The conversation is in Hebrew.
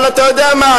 אבל אתה יודע מה?